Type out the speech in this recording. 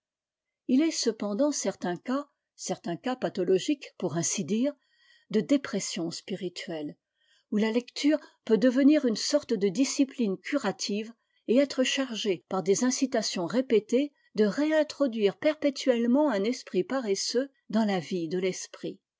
il est cependant certains cas certains cas pathologiques pour ainsi dire de dépression spirituelle où la lecture peut devenir une sorte de discipline curativeet être chargée par des incitations répétées de réintroduire perpétuellement un esprit paresseux dans la vie de l'esprit